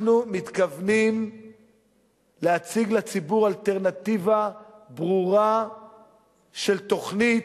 אנחנו מתכוונים להציג לציבור אלטרנטיבה ברורה של תוכנית,